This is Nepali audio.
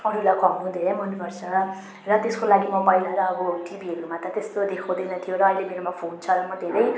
अरूलाई खुवाउनु धेरै मन पर्छ र त्यसको लागि म पहिला त अब टिभीहरूमा त त्यस्तो देखाउँदैन्थ्यो र अहिले मेरोमा फोन छ अहिले म धेरै